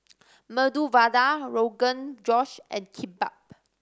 Medu Vada Rogan Josh and Kimbap